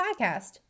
Podcast